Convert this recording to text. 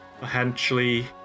potentially